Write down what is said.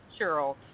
Cheryl